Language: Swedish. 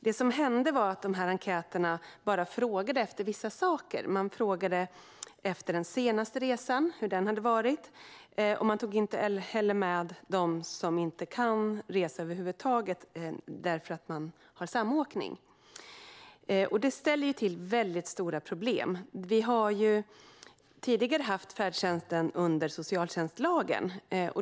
Det som hände var att man i dessa enkäter frågade om bara vissa saker. Man frågade hur den senaste resan hade varit. Man tog inte heller med dem som inte kan resa över huvud taget på grund av att det är samåkning. Det ställer till väldigt stora problem. Tidigare har färdtjänsten funnits under socialtjänstlagen.